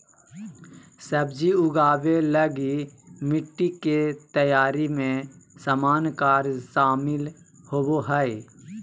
सब्जी उगाबे लगी मिटटी के तैयारी में सामान्य कार्य शामिल होबो हइ